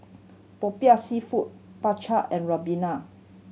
Popiah Seafood Bak Chang and ribena